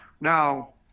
now